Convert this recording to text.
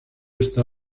está